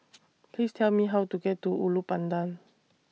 Please Tell Me How to get to Ulu Pandan